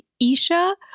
isha